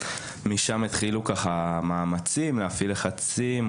משם התחילו מאמצים להפעיל לחצים,